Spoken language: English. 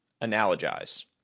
analogize